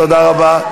תודה רבה.